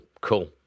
cool